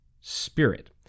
Spirit